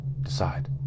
Decide